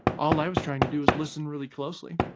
all i was trying to do was listen really closely.